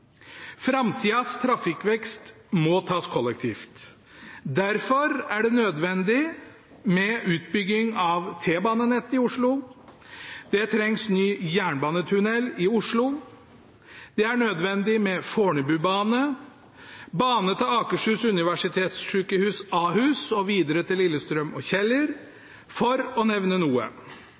Framtidas trafikkvekst må tas kollektivt. Derfor er det nødvendig med utbygging av T-banenettet i Oslo. Det trengs ny jernbanetunnel i Oslo. Det er nødvendig med Fornebubane, bane til Oslo universitetssykehus, Ahus og videre til Lillestrøm og Kjeller – for å nevne noe.